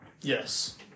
Yes